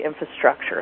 infrastructure